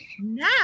Now